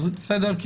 בסדר?